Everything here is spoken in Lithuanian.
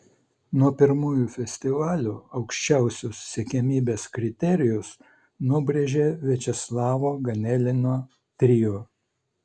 nuo pirmųjų festivalių aukščiausius siekiamybės kriterijus nubrėžė viačeslavo ganelino trio